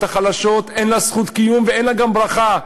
החלשות אין לה זכות קיום ואין לה גם ברכה.